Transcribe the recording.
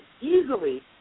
easily